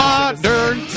Modern